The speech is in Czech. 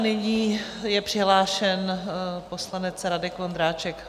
A nyní je přihlášen poslanec Radek Vondráček.